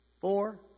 four